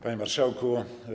Panie Marszałku!